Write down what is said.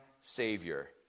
Savior